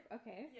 okay